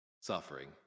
suffering